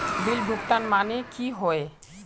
Bill भुगतान माने की होय?